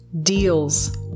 deals